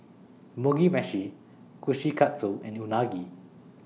Mugi Meshi Kushikatsu and Unagi